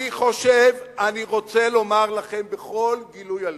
אני רוצה לומר לכם בכל גילוי הלב,